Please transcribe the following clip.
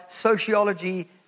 sociology